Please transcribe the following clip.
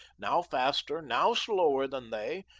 now faster, now slower than they,